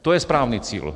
To je správný cíl.